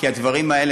כי הדברים האלה,